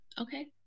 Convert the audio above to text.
Okay